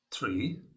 Three